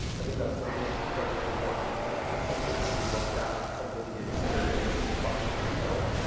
um i think that's something that's incredibly important. it's not just something to be looked at, it's something to be experienced and touched and felt.